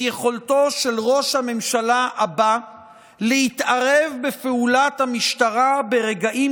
יכולתו של ראש הממשלה הבא להתערב בפעולת המשטרה ברגעים